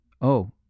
Oh